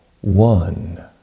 one